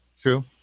True